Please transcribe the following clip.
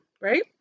right